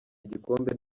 igikombe